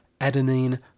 adenine